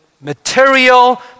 material